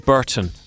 Burton